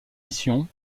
mission